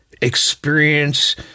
experience